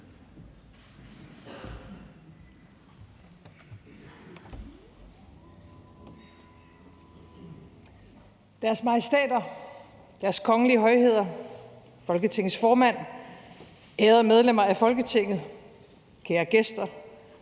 Deres Majestæter, Deres Kongelige Højheder, Folketingets formand, ærede medlemmer af Folketinget, kære gæster